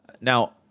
Now